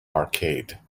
arcade